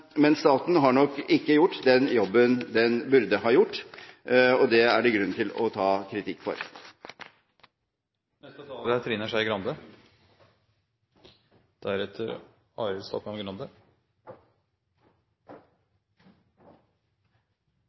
Men staten har nok ikke gjort den jobben den burde ha gjort, og det er det grunn til å ta kritikk